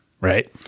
Right